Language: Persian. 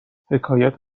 حکایت